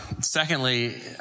Secondly